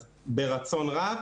אז ברצון רב.